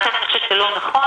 לכן אני חושבת שזה לא נכון.